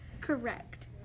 Correct